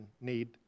need